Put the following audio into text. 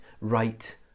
right